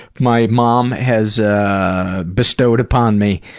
my mom has ah bestowed upon me,